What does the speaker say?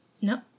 no